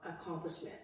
accomplishment